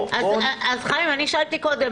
אז חיים אני שאלתי קודם.